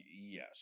Yes